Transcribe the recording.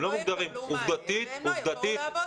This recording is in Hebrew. הם לא יקבלו מענה והם לא יבואו לעבוד.